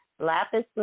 lapis